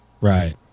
right